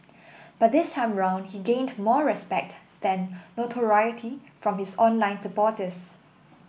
but this time round he gained more respect than notoriety from his online supporters